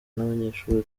n’abanyeshuri